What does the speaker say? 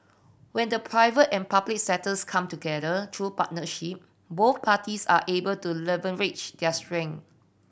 when the private and public sectors come together through partnership both parties are able to leverage their strength